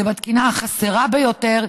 היא התקינה החסרה ביותר,